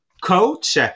coach